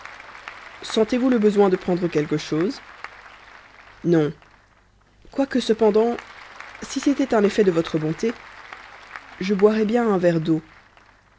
sentez-vous le besoin de prendre quelque chose non quoique cependant si c'était un effet de votre bonté je boirais bien un verre d'eau